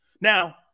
Now